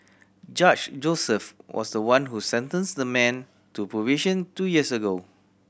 Judge Joseph was the one who sentenced the man to probation two years ago